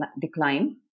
decline